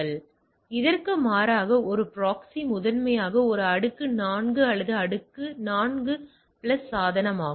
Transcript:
எனவே இதற்கு மாறாக ஒரு ப்ராக்ஸி முதன்மையாக ஒரு அடுக்கு 4 அல்லது அடுக்கு 4 பிளஸ் சாதனமாகும்